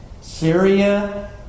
Syria